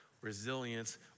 resilience